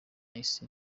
isi